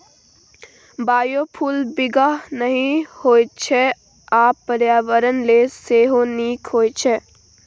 biofuel बिखाह नहि होइ छै आ पर्यावरण लेल सेहो नीक होइ छै